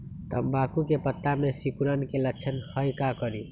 तम्बाकू के पत्ता में सिकुड़न के लक्षण हई का करी?